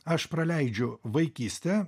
aš praleidžiu vaikystę